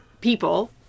people